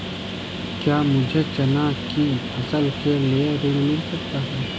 क्या मुझे चना की फसल के लिए ऋण मिल सकता है?